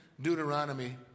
Deuteronomy